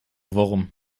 wurm